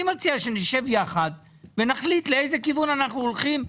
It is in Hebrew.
אני מציע שנשב יחד ונחליט לאיזה כיוון אנחנו הולכים.